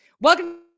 welcome